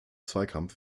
zweikampf